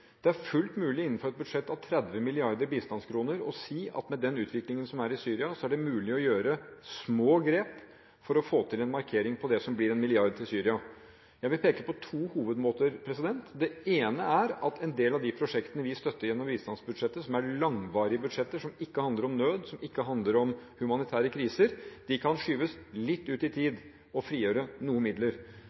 Det er fullt mulig innenfor et budsjett på 30 mrd. bistandskroner å si at med den utviklingen som er i Syria, er det mulig å gjøre små grep for å få til en markering på det som blir 1 mrd. kr til Syria. Jeg vil peke på to hovedmåter. Den ene er at en del av de prosjektene vi støtter gjennom bistandsbudsjettet – som er langvarige budsjetter, og som ikke handler om nød og om humanitære kriser – kan skyves litt ut i tid og frigjøre noen midler.